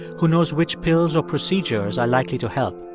who knows which pills or procedures are likely to help.